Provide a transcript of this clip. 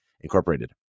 incorporated